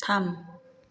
थाम